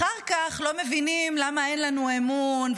אחר כך לא מבינים למה אין לנו אמון,